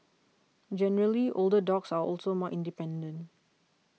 generally older dogs are also more independent